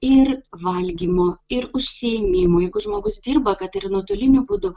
ir valgymo ir užsiėmimui jeigu žmogus dirba kad ir nuotoliniu būdu